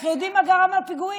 אנחנו יודעים מה גרם לפיגועים.